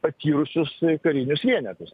patyrusius karinius vienetus